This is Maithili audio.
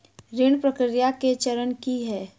ऋण प्रक्रिया केँ चरण की है?